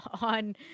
on